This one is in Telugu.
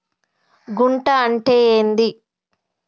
గుంట అంటే ఏంది?